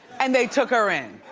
and they took her in.